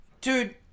dude